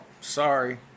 sorry